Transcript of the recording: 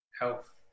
health